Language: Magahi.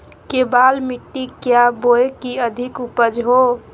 केबाल मिट्टी क्या बोए की अधिक उपज हो?